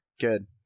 Good